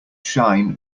shine